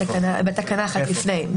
בתקנה אחת לפני.